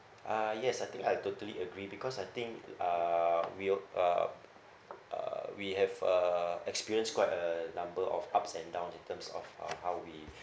uh yes I think I totally agree because I think uh we'll uh uh we have uh experienced quite a number of ups and down in terms of uh how we